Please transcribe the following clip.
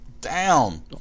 Down